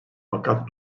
fakat